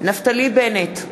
נפתלי בנט,